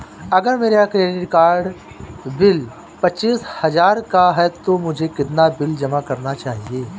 अगर मेरा credit card bill पच्चीस हजार का है तो मुझे कितना बिल जमा करना चाहिए?